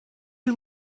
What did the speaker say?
you